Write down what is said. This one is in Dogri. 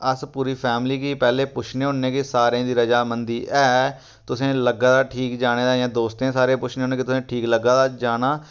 अस पूरी फैमली गी पैह्लें पुच्छने होन्ने कि सारें दी रजामंदी ऐ तुसेंगी लग्गा दा ठीक जाने दा जां दोस्तें गी सारें गी पुच्छने होन्ने कि तुसेंगी ठीक लग्गा दा जाना